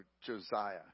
Josiah